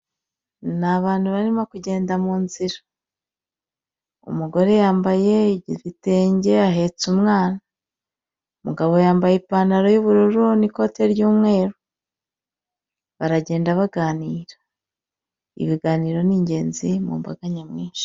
Ni abantu barimo kugenda mu nzira, umugore yambaye igitenge ahetse umwana, umugabo yambaye ipantaro y'ubururu n'ikote ry'umweru baragenda baganira, ibiganiro ni ingenzi mu mbaga nyamwinshi.